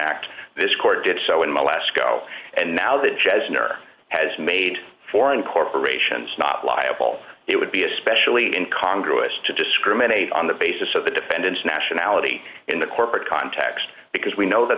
act this court did so in the last go and now that jazz never has made foreign corporations not liable it would be especially in congress to discriminate on the basis of the defendant's nationality in the corporate context because we know that